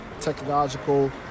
technological